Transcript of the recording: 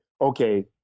okay